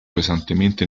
pesantemente